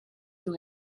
you